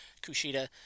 Kushida